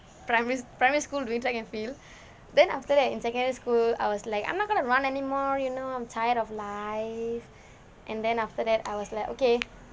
primary primary school doing track and field then after that in secondary school I was like I'm not going to run anymore you know I'm tired of life and then after that I was like okay